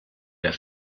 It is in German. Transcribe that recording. der